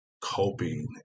coping